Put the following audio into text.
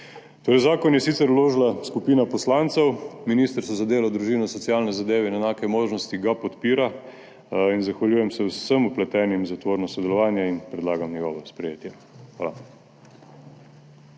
lahko. Zakon je sicer vložila skupina poslancev, Ministrstvo za delo, družino, socialne zadeve in enake možnosti ga podpira in zahvaljujem se vsem vpletenim za tvorno sodelovanje in predlagam njegovo sprejetje. Hvala.